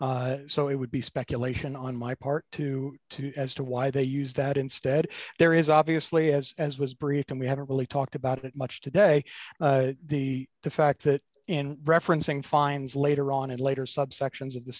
so it would be speculation on my part to to as to why they use that instead there is obviously as as was briefed and we haven't really talked about it much today the the fact that in referencing finds later on and later subsections of the